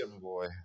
boy